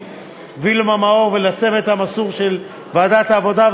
וילמה מאור ולצוות המסור של ועדת העבודה,